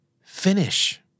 Finish